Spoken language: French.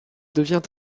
devient